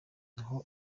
aho